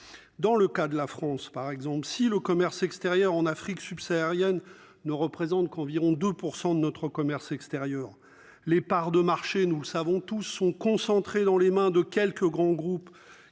Dans le cas de la France par exemple si le commerce extérieur en Afrique subsaharienne ne représentent qu'environ 2% de notre commerce extérieur. Les parts de marché, nous le savons tous sont concentrés dans les mains de quelques grands groupes